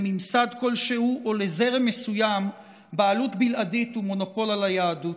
לממסד כלשהו או לזרם מסוים בעלות בלעדית ומונופול על היהדות.